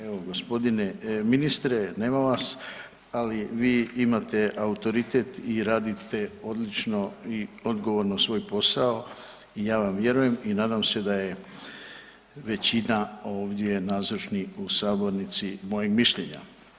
Evo gospodine ministre nema vas, ali vi imate autoritet i radite odlično i odgovorno svoj posao i ja vam vjerujem i nadam se da je većina ovdje nazočnih u sabornici mojeg mišljenja.